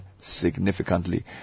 significantly